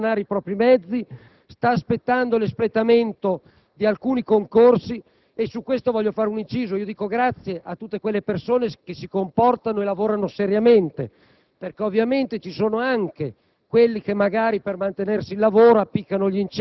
come le forze dell'ordine, il carburante per far funzionare i propri mezzi, e l'espletamento di alcuni concorsi. A questo proposito voglio fare un inciso: dico grazie a tutte le persone che si comportano e lavorano seriamente, perché ovviamente ci sono anche